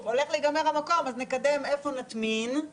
והייתי מאוד שמח לדעת את המדיניות של השרה,